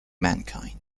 mankind